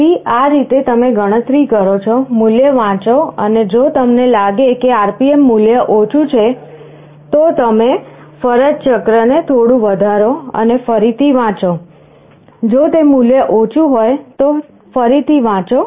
તેથી આ રીતે તમે ગણતરી કરો છો મૂલ્ય વાંચો અને જો તમને લાગે કે RPM મૂલ્ય ઓછું છે તો તમે ફરજ ચક્રને થોડું વધારો અને ફરીથી વાંચો જો તે ઓછું હોય તો ફરીથી વાંચો